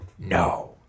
No